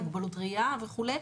מוגבלות ראיה וכו'.